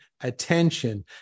attention